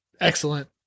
Excellent